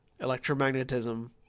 Electromagnetism